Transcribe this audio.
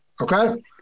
okay